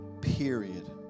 Period